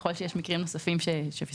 ככל שיש מקרים נוספים שפספסנו,